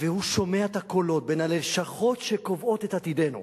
והוא שומע את הקולות בין הלשכות שקובעות את עתידנו?